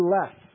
less